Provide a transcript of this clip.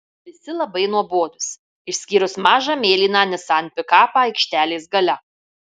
visi labai nuobodūs išskyrus mažą mėlyną nissan pikapą aikštelės gale